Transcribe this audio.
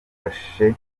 bifashe